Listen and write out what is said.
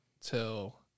till